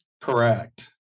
Correct